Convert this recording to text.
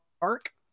Park